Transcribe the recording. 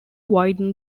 widen